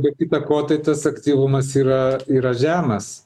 be kita ko tai tas aktyvumas yra yra žemas